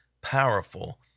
powerful